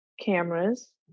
cameras